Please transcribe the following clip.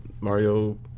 Mario